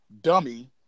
Dummy